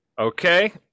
Okay